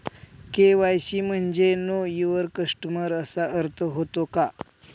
KYC म्हणजे know your customer असा अर्थ होतो का?